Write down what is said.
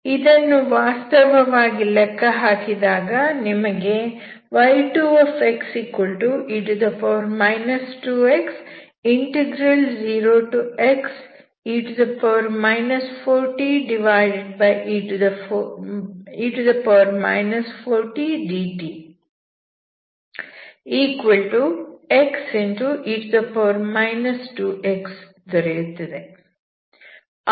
ಇದನ್ನು ವಾಸ್ತವವಾಗಿ ಲೆಕ್ಕ ಹಾಕಿದಾಗ ನಿಮಗೆ y2e 2x0xe 4te 4tdtxe 2x ದೊರೆಯುತ್ತದೆ